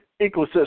ecosystem